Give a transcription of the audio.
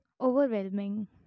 overwhelming